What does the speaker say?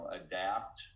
adapt